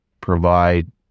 provide